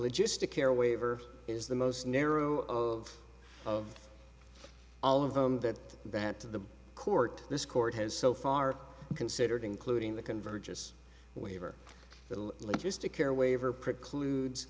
logistic care waiver is the most narrow of of all of them that that to the court this court has so far considered including the convergence waiver logistic care waiver precludes